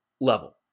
level